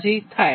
87°થાય